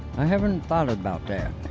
i havent thought about that.